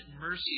mercy